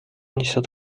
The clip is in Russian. несет